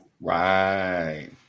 Right